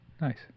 Nice